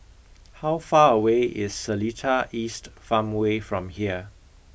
how far away is Seletar East Farmway from here